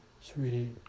Sweetie